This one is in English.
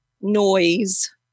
noise